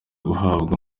guhabwa